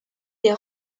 des